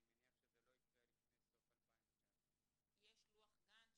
אני מניח שזה לא יקרה לפני סוף 2019. יש לוח גן?